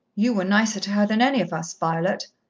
you were nicer to her than any of us, violet,